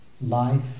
life